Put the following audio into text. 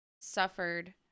suffered